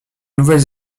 nouvelle